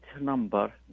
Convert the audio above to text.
number